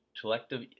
Collective